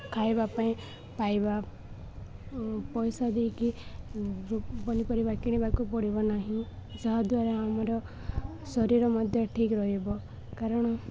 ଖାଇବା ପାଇଁ ପାଇବା ପଇସା ଦେଇକି ପନିପରିବା କିଣିବାକୁ ପଡ଼ିବ ନାହିଁ ଯାହା ଦ୍ୱାରା ଆମର ଶରୀର ମଧ୍ୟ ଠିକ୍ ରହିବ କାରଣ